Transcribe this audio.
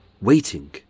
waiting